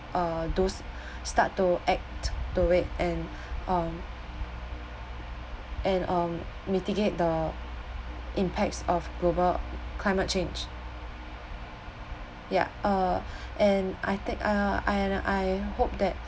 uh to s~ start to act to it and um and um mitigate the impacts of global climate change ya uh and I think I and I hope that